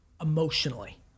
emotionally